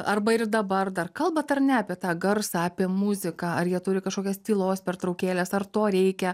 arba ir dabar dar kalbat ar ne apie tą garsą apie muziką ar jie turi kažkokias tylos pertraukėles ar to reikia